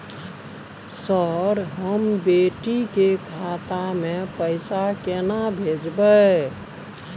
Sir, हम बेटी के खाता मे पैसा केना भेजब?